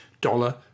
dollar